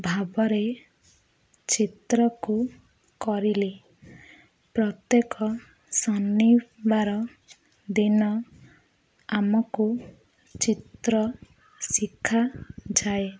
ଭାବରେ ଚିତ୍ରକୁ କରିଲି ପ୍ରତ୍ୟେକ ଶନିବାର ଦିନ ଆମକୁ ଚିତ୍ର ଶିଖାଯାଏ